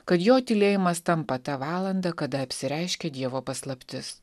kad jo tylėjimas tampa ta valanda kada apsireiškė dievo paslaptis